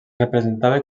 representava